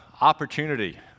opportunity